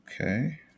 Okay